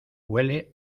huele